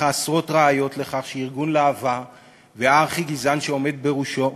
עשרות ראיות לכך שארגון להב"ה והארכי-גזען שעומד בראשו,